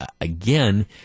again